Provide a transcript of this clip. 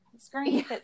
screen